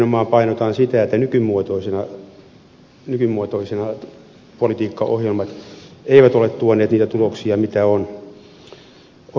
nimenomaan painotan sitä että nykymuotoisina politiikkaohjelmat eivät ole tuoneet niitä tuloksia mitä on odotettu